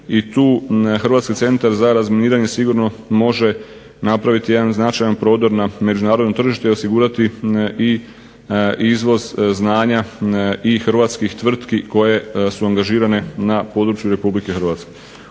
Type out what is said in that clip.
i tu Hrvatski centar za razminiranje sigurno može napraviti jedan značajan prodor na međunarodno tržište i osigurati i izvoz znanja i hrvatskih tvrtki koje su angažirane na području Republike Hrvatske.